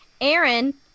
Aaron